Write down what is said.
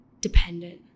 dependent